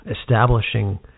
establishing